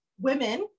women